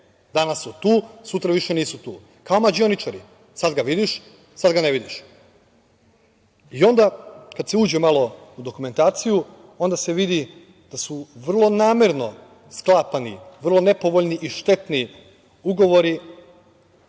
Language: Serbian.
danas su tu, sutra više nisu tu? Kao mađioničari - sad ga vidiš, sad ga ne vidiš. Onda, kada se uđe malo u dokumentaciju onda se vidi da su vrlo namerno sklapani vrlo nepovoljni i štetni ugovori,